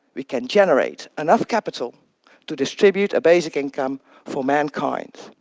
we can generate enough capital to distribute a basic income for mankind,